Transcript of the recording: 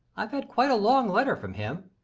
i've had quite a long letter from him.